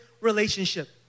relationship